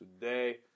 today